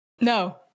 No